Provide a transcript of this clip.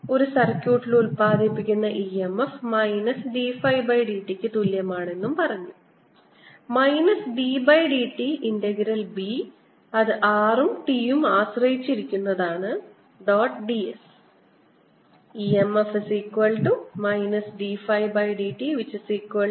കൂടാതെ ഒരു സർക്യൂട്ടിൽ ഉൽപാദിപ്പിക്കുന്ന EMF മൈനസ് dΦdt ക്ക് തുല്യമാണെന്ന് പറയുന്നു minus dd t integral B അത് r ഉം t യും ആശ്രയിച്ചിരിക്കുന്നതാണ് ഡോട്ട് d s എന്നായിരിക്കും